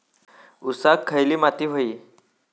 ऊसाक खयली माती व्हयी?